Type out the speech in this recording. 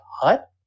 Hut